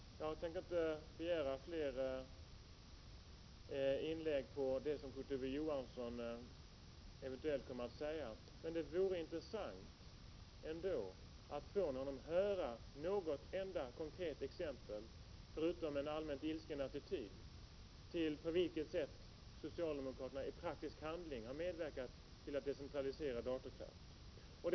Jag tänker inte begära fler inlägg på det som Kurt Ove Johansson eventuellt kommer att säga, men det vore intressant att från honom höra något enda konkret exempel förutom en allmänt ilsken attityd, som visar på vilket sätt som socialdemokraterna i praktiken har medverkat till att decentralisera datoranvändningen.